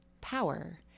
power